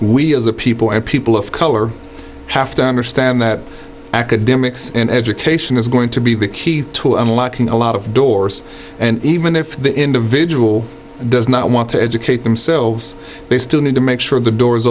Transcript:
we as a people and people of color have to understand that academics and education is going to be the key to unlocking a lot of doors and even if the individual does not want to educate themselves they still need to make sure the doors